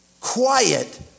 quiet